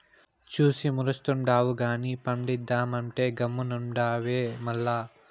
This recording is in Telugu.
చూసి మురుస్తుండావు గానీ పండిద్దామంటే గమ్మునుండావే మల్ల